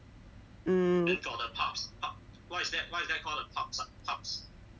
mm